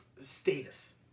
status